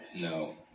No